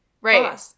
Right